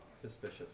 Suspicious